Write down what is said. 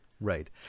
Right